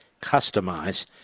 customize